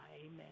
Amen